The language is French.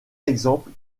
exemple